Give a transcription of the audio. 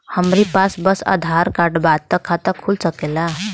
हमरे पास बस आधार कार्ड बा त खाता खुल सकेला?